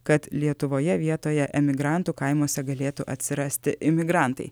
kad lietuvoje vietoje emigrantų kaimuose galėtų atsirasti imigrantai